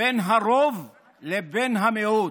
בין הרוב לבין המיעוט,